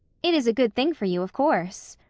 it is a good thing for you, of course.